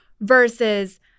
Versus